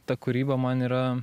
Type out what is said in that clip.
ta kūryba man yra